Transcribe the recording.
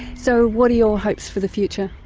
so what are your hopes for the future?